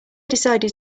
decided